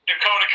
Dakota